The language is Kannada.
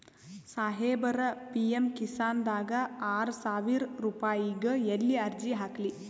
ಸಾಹೇಬರ, ಪಿ.ಎಮ್ ಕಿಸಾನ್ ದಾಗ ಆರಸಾವಿರ ರುಪಾಯಿಗ ಎಲ್ಲಿ ಅರ್ಜಿ ಹಾಕ್ಲಿ?